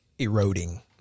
eroding